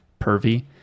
pervy